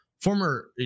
former